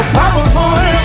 powerful